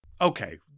Okay